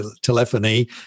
telephony